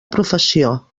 professió